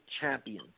Champions